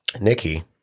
Nikki